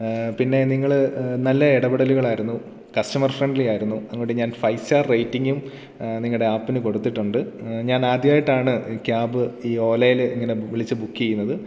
പിന്നെ നിങ്ങൾ നല്ല ഇടപെടലുകളായിരുന്നു കസ്റ്റമർ ഫ്രണ്ട്ലി ആയിരുന്നു അതുകൊണ്ട് ഞാൻ ഫൈവ് സ്റ്റാർ റേറ്റിങ്ങും നിങ്ങളുടെ ആപ്പിന് കൊടുത്തിട്ടുണ്ട് ഞാൻ ആദ്യമായിട്ടാണ് ക്യാബ് ഈ ഓലയിൽ ഇങ്ങനെ വിളിച്ച് ബുക്ക് ചെയ്യുന്നത്